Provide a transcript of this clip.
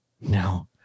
No